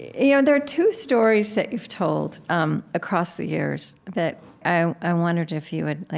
you know there are two stories that you've told, um, across the years that i i wondered if you would, like,